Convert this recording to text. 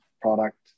product